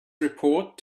report